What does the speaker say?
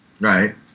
Right